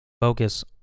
focus